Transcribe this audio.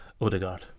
Odegaard